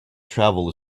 travel